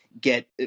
Get